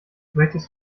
möchtest